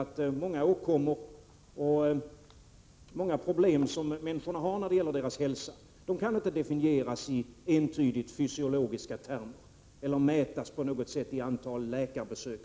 att många åkommor och andra problem av hälsokaraktär inte kan definieras i entydiga fysiologiska termer eller mätas i antalet läkarbesök.